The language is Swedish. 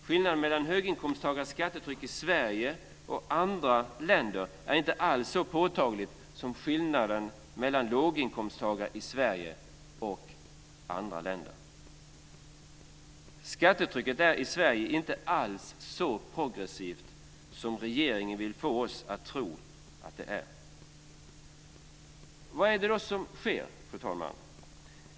Skillnaden mellan höginkomsttagares skattetryck i Sverige och i andra länder är inte alls så påtaglig som skillnaden mellan låginkomsttagare i Sverige och i andra länder. Skattetrycket i Sverige är inte alls så progressivt som regeringen vill få oss att tro att det är. Vad är det då som sker, fru talman?